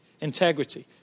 Integrity